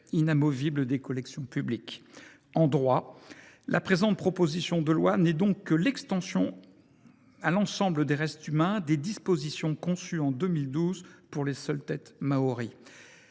inamovible des collections publiques. En droit, la présente proposition de loi n’est donc que l’extension à l’ensemble des restes humains des dispositions conçues en 2012 pour les seules têtes maories.